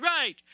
right